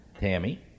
Tammy